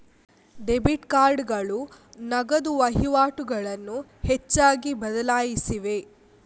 debit ಕಾರ್ಡುಗಳು ನಗದು ವಹಿವಾಟುಗಳನ್ನು ಹೆಚ್ಚಾಗಿ ಬದಲಾಯಿಸಿವೆ